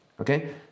Okay